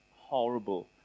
horrible